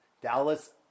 Dallas